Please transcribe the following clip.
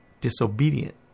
disobedient